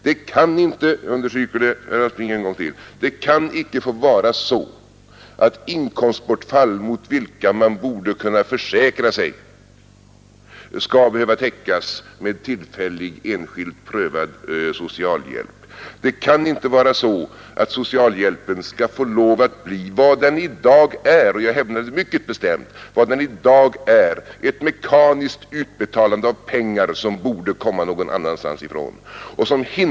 Det kan inte — jag understryker det, herr Aspling, en gång till — få vara så att inkomstbortfall mot vilka man borde kunna försäkra sig skall behöva täckas med tillfällig, enskild, behovsprövad socialhjälp. Socialhjälpen får inte förbli vad den i dag är — det hävdar jag mycket bestämt — nämligen ett mekaniskt utbetalande av pengar som borde komma någon annanstans ifrån.